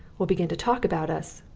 will begin to talk about us.